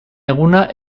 eguna